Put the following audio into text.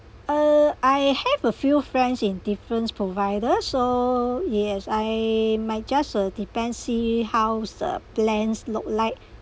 uh I have a few friends in different providers so yes I might just uh depends see how's the plans looked like